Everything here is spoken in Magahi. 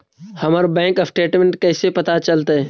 हमर बैंक स्टेटमेंट कैसे पता चलतै?